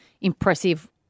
impressive